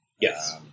Yes